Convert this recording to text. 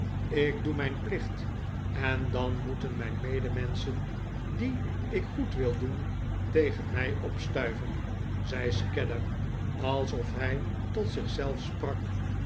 ik doe mijn plicht en dan moeten mijn medemenschen die ik goed wil doen tegen mij opstuiven zei scadder alsof hij tot zich zelf sprak